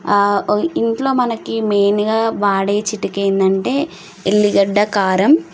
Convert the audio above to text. ఇంట్లో మనకి మెయిన్గా వాడే చిట్కా ఏంది అంటే ఎల్లిగడ్డ కారం